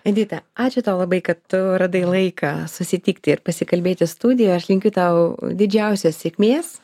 edita ačiū tau labai kad tu radai laiką susitikti ir pasikalbėti studijo aš linkiu tau didžiausios sėkmės